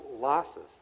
losses